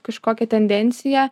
kažkokią tendenciją